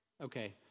Okay